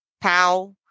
Pow